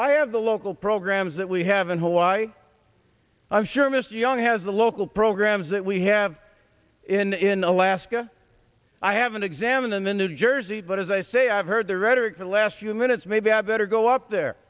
i have the local programs that we have in hawaii i'm sure mr young has the local programs that we have in alaska i haven't examined in the new jersey but as i say i've heard there rhetoric for the last few minutes maybe i better go up there